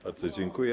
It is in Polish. Bardzo dziękuję.